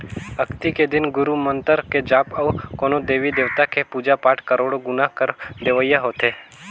अक्ती के दिन गुरू मंतर के जाप अउ कोनो देवी देवता के पुजा पाठ करोड़ो गुना फर देवइया होथे